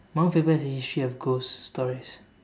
Mount Faber has a history of ghost stories